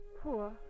poor